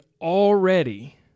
already